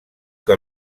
que